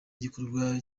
igikorwa